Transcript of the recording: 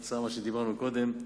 כתוצאה ממה שדיברנו קודם.